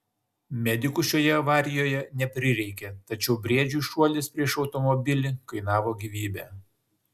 medikų šioje avarijoje neprireikė tačiau briedžiui šuolis prieš automobilį kainavo gyvybę